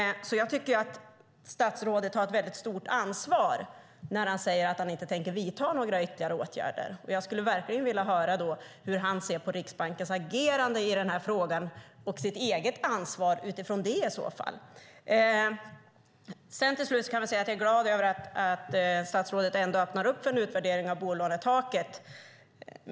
Jag tycker därför att statsrådet har ett väldigt stort ansvar när han säger att han inte tänker vidta några ytterligare åtgärder. Jag skulle verkligen vilja höra hur han ser på Riksbankens agerande i den här frågan och sitt eget ansvar utifrån det i så fall. Till slut kan jag säga att jag är glad över att statsrådet ändå öppnar för en utvärdering av bolånetaket.